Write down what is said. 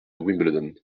wimbledon